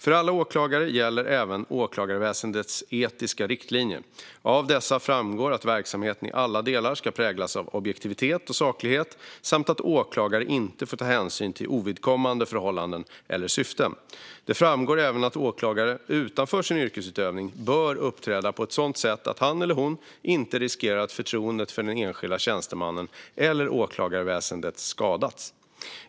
För alla åklagare gäller även åklagarväsendets etiska riktlinjer. Av dessa framgår att verksamheten i alla delar ska präglas av objektivitet och saklighet samt att åklagare inte får ta hänsyn till ovidkommande förhållanden eller syften. Det framgår även att en åklagare utanför sin yrkesutövning bör uppträda på ett sådant sätt att han eller hon inte riskerar att förtroendet för den enskilde tjänstemannen eller åklagarväsendet skadas.